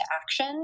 action